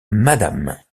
madame